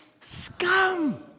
scum